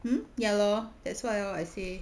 hmm ya lor that's why I say